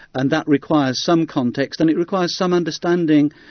and that requires some context, and it requires some understanding,